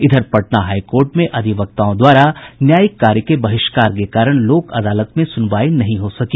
इधर Patna high court में वकीलों द्वारा न्यायिक कार्य के बहिष्कार के कारण लोक अदालत में सुनवाई नहीं हो सकी